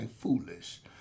foolish